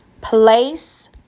Place